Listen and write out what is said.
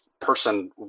person